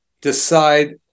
decide